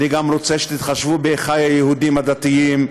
אני גם רוצה שתתחשבו באחי היהודים הדתיים,